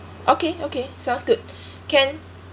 okay okay sounds good can